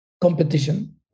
competition